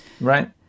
right